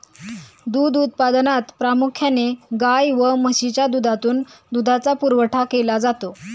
दूध उत्पादनात प्रामुख्याने गाय व म्हशीच्या दुधातून दुधाचा पुरवठा केला जातो